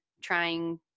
trying